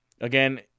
Again